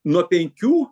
nuo penkių